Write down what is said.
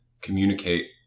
communicate